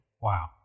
Wow